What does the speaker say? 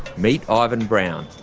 meet ivan brown,